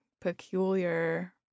peculiar